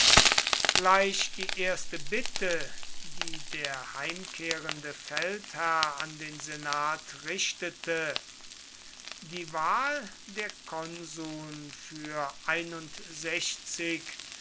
gleich die erste bitte die der heimkehrende feldherr an den senat richtete die wahl der konsuln für